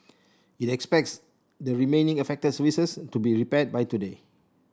it expects the remaining affected services to be repaired by today